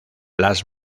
las